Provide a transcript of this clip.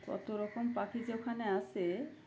কত রকম পাখি যেখানে আছে